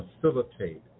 facilitate